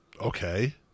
Okay